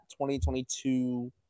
2022